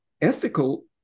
ethical